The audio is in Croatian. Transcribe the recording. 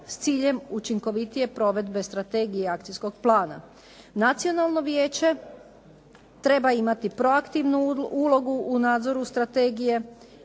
s ciljem učinkovitije provedbe strategije akcijskog plana. Nacionalno vijeće treba imati proaktivnu ulogu u nadzoru strategije,